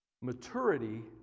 Maturity